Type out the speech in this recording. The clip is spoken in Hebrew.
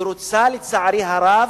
הם רוצים, לצערי הרב,